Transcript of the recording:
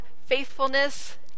faithfulness